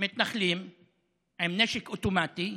מתנחל עם נשק אוטומטי,